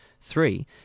Three